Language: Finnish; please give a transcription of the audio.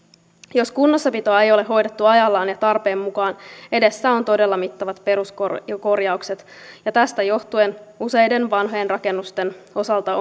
jos kunnossapitoa ei ole hoidettu ajallaan ja tarpeen mukaan edessä on todella mittavat peruskorjaukset tästä johtuen useiden vanhojen rakennusten osalta